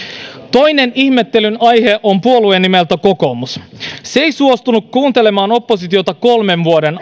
toinen ihmettelyn aihe on puolue nimeltä kokoomus se ei suostunut kuuntelemaan oppositiota kolmen vuoden